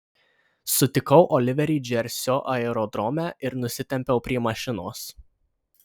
sutikau oliverį džersio aerodrome ir nusitempiau prie mašinos